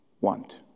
want